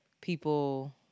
people